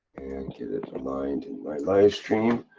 here's it's aligned in my livestream,